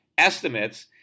estimates